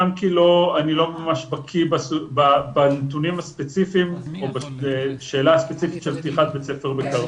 גם כי אני לא ממש בקיא בשאלה הספציפית של פתיחת בית ספר בכרמיאל.